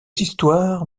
histoires